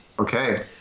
Okay